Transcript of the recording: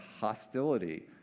hostility